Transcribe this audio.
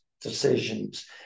decisions